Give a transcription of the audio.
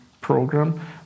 program